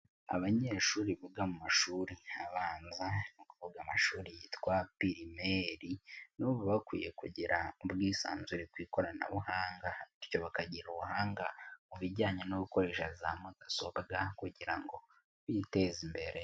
Abanyeshuri biga mu mashuri abanza amashuri ni ukuvuga amashuri yitwa pirimeri, ndumva bakwiye kugira ubwisanzure ku ikoranabuhanga, bityo bakagira ubuhanga ku bijyanye no gukoresha za mudasobwabwa kugira ngo biteze imbere.